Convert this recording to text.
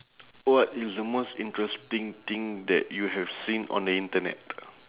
what is the most interesting thing that you have seen on the internet